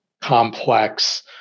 complex